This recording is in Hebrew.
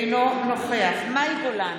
אינו נוכח מאי גולן,